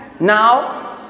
Now